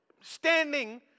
standing